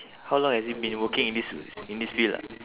how long has he been working in this in this field lah